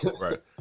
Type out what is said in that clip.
Right